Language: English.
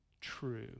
True